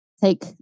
Take